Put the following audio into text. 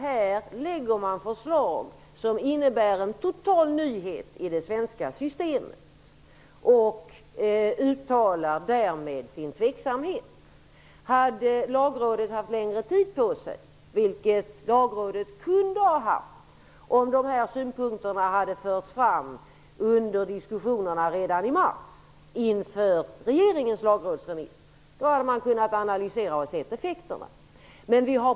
Lagrådet konstaterade att förslaget innebär en total nyhet i det svenska systemet och uttalade därmed sin tveksamhet. Hade Lagrådet haft längre tid på sig, vilket det kunde ha haft om dessa synpunkter hade förts fram redan under diskussionerna i mars inför regeringens Lagrådsremiss, hade det kunnat analysera och ta hänsyn till effekterna.